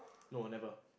no never